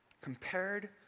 Compared